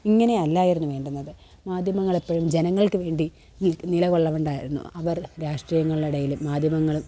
ഇങ്ങനെയല്ലായിരുന്നു വേണ്ടുന്നത് മാധ്യമങ്ങളെപ്പോഴും ജനങ്ങള്ക്കുവേണ്ടി നില നിലകൊള്ളേണ്ടവരായിരുന്നു അവര് രാഷ്ട്രീയങ്ങളുടെ ഇടയിലും മാധ്യമങ്ങളും